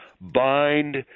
bind